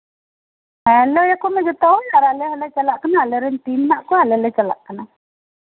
ᱞᱟᱹᱭ ᱟᱠᱚ ᱢᱮ ᱡᱚᱛᱚ ᱟᱨ ᱟᱞᱮ ᱦᱚᱞᱮ ᱪᱟᱞᱟᱜ ᱠᱟᱱᱟ ᱟᱞᱮᱨᱮᱱ ᱴᱤᱢ ᱦᱮᱱᱟᱜ ᱠᱚᱣᱟ ᱟᱞᱮ ᱞᱮ ᱪᱟᱞᱟᱜ ᱠᱟᱱᱟ